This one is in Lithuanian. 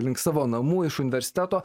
link savo namų iš universiteto